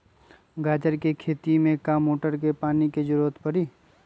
गाजर के खेती में का मोटर के पानी के ज़रूरत परी?